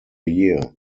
year